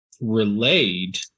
relayed